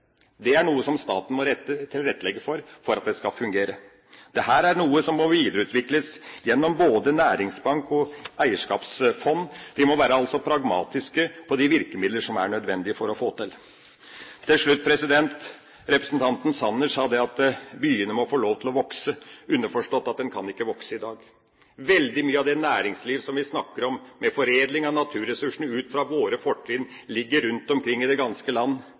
Det er noe som staten må tilrettelegge for, for at det skal fungere. Dette er noe som må videreutvikles gjennom både næringsbank og eierskapsfond. Vi må være pragmatiske når det gjelder de virkemidler som er nødvendige, for å få det til. Til slutt: Representanten Sanner sa at byene må få lov til å vokse, underforstått at de ikke kan vokse i dag. Veldig mye av det næringsliv som vi snakker om, med foredling av naturressursene ut fra våre fortrinn, ligger rundt omkring i det ganske land.